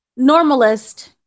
normalist